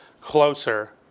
closer